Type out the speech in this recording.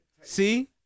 See